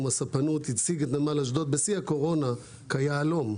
הספנות הציג את נמל אשדוד בשיא הקורונה כיהלום.